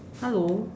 hello